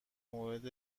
مورد